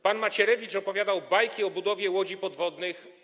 Pan Macierewicz opowiadał bajki o budowie łodzi podwodnych.